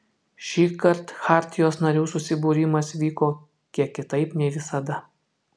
šįkart chartijos narių susibūrimas vyko kiek kitaip nei visada